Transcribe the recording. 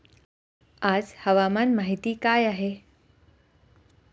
आज हवामान माहिती काय आहे?